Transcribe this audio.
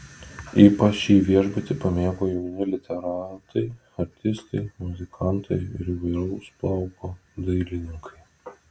ypač šį viešbutį pamėgo jauni literatai artistai muzikantai ir įvairaus plauko dailininkai